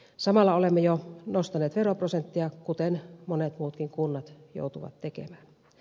samalla olemme jo nostaneet veroprosenttia kuten monet muutkin kunnat joutuvat tekemään